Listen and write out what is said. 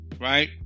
right